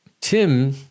Tim